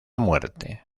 muerte